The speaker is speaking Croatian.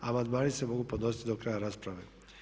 Amandmani se mogu podnositi do kraja rasprave.